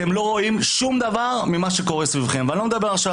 אתם לא רואים שום דבר ממה שקורה סביבכם ואני לא מדבר עכשיו על